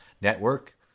network